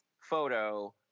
photo